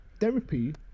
therapy